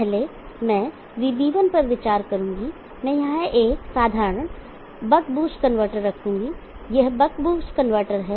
पहले मैं VB1 पर विचार करूंगा मैं यहां एक साधारण बक बूस्ट कनवर्टर रखूंगा यह बक बूस्टर कनवर्टर है